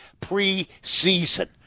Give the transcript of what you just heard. preseason